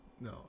No